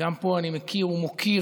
וגם פה אני מכיר, ומוקיר,